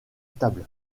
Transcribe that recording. stable